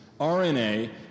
RNA